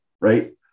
right